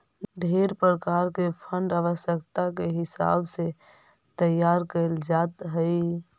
ढेर प्रकार के फंड आवश्यकता के हिसाब से तैयार कैल जात हई